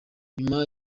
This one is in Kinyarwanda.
nyuma